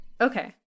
Okay